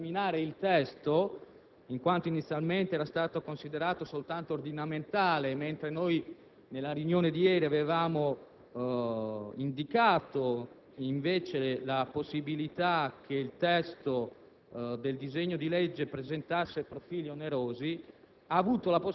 dopo aver ottenuto dalla Presidenza la possibilità di esaminare il testo - in quanto inizialmente era stato considerato soltanto ordinamentale, mentre nella riunione di ieri della Commissione bilancio avevamo indicato invece la possibilità che il disegno